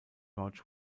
george